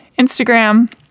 Instagram